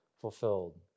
fulfilled